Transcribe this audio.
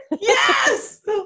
Yes